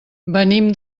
venim